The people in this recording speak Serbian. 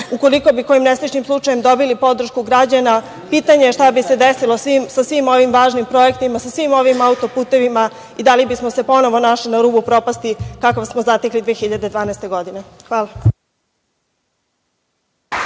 ukoliko bi kojim nesrećnim slučajem dobili podršku građana, pitanje šta bi se desilo sa svim ovim važnim projektima, sa svim ovim auto-putevima i da li bi smo se ponovo našli na rubu propasti, kakav smo zatekli 2012. godine. Hvala.